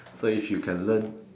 so if you can learn